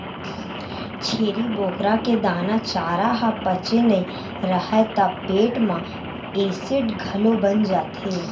छेरी बोकरा के दाना, चारा ह पचे नइ राहय त पेट म एसिड घलो बन जाथे